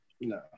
No